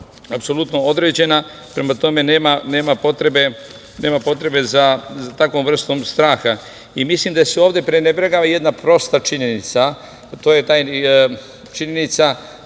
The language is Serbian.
apsolutno određena. Prema tome nema potrebe za takvom vrstom straha. Mislim da se ovde prenebregava jedna prosta činjenica, a to je ta činjenica